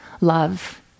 love